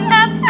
up